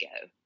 go